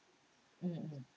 mm